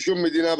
לשום מדינה,